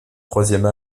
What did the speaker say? troisième